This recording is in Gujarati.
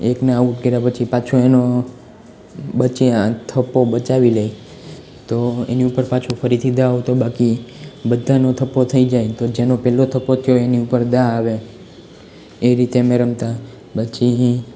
એકને આઉટ કર્યા પછી પાછો એનો બચ્યા થપ્પો બચાવી લઈ તો એની ઉપર પાછું ફરીથી દાવ તો બાકી બધાનો થપ્પો થઈ જાય તો જેનો પેલો થપ્પો થયો એની ઉપર દાવ આવે એ રીતે અમે રમતા પછી